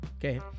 okay